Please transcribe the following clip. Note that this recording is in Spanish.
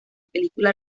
película